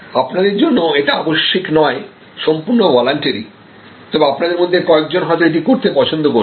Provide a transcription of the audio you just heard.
আপনাদের জন্য এটা আবশ্যিক নয় সম্পূর্ণ ভলান্টারি তবে আপনাদের মধ্যে কয়েকজন হয়তো এটি করতে পছন্দ করবেন